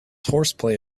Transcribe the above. horseplay